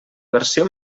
versió